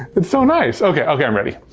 it's so nice. okay, okay i'm ready.